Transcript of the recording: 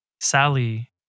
Sally